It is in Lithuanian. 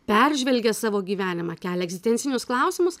peržvelgia savo gyvenimą kelia egzistencinius klausimus